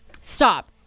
stop